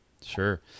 Sure